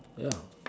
ya